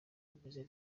ameze